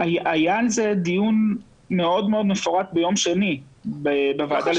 היה על זה דיון מאוד מפורט ביום שני בוועדה לזכויות הילד.